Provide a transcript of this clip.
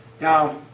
Now